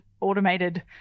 automated